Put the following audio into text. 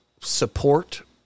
support